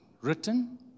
written